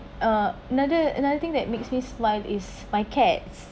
uh another another thing that makes me smile is my cats